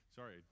Sorry